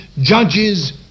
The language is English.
judges